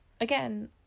Again